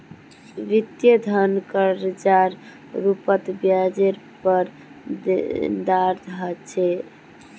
वित्तीय धन कर्जार रूपत ब्याजरेर पर देनदार ह छे